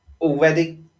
already